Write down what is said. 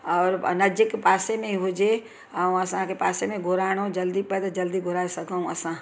और नज़दीकि पासे में ई हुजे ऐं असांखे पासे में घुराइणो जल्दी पए त जल्दी घुराए सघूं असां